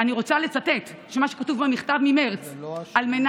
אני רוצה לצטט את מה שכתוב במכתב ממרץ: כדי